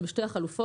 זה בשתי החלופות,